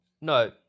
No